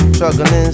Struggling